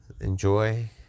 Enjoy